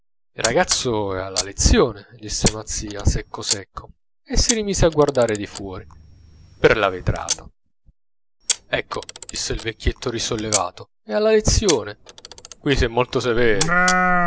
ragazzo è alla lezione disse mazzia secco secco e si rimise a guardare di fuori per la vetrata ecco disse il vecchietto risollevato è alla lezione qui si è molto severi